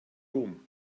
rom